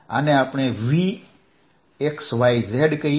આને આપણે Vxyz કહીએ